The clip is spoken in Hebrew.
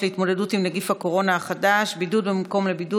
להתמודדות עם נגיף הקורונה החדש (בידוד במקום לבידוד